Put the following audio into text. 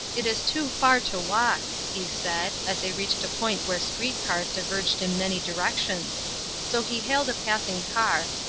it is too far to walk, he said, as they reached a point where street cars diverged in many directions so he hailed a passing car,